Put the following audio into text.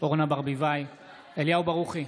אורנה ברביבאי, אינה נוכחת אליהו ברוכי,